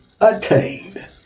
attained